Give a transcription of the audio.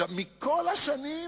מכל השנים,